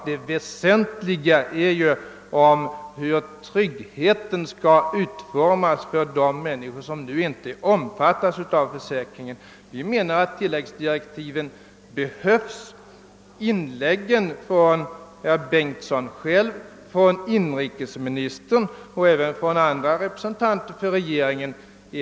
Det väsentliga är hur tryggheten skall utformas för de människor som nu inte omfattas av försäkringen. Vi anser att tilläggsdirektiv behövs. De inlägg som gjorts av herr Bengtsson och inrikesministern samt en del andra representanter för regeringen och regeringspartiet bevisar detta.